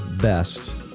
best